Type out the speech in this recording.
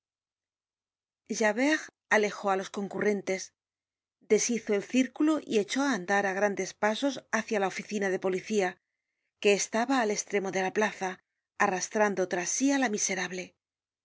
at javert alejó á los concurrentes deshizo el círculo y echó á andar á grandes pasos hácia la oficina de policía que estaba al estremo de la plaza arrastrando tras sí á la miserable